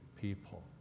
people